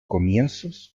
comienzos